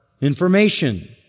information